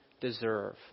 deserve